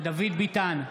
דוד ביטן,